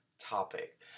topic